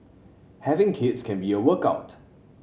having kids can be a workout